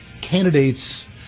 candidates